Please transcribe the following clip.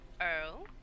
Earl